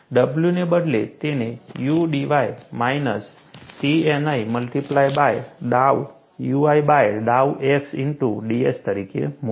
W ને બદલે તેને U dy minus Tni multiply by ડાઉ ui બાય ડાઉ x ઇનટુ ds તરીકે મૂકો